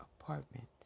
apartment